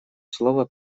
слово